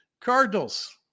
Cardinals